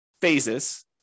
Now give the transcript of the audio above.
phases